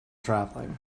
traveling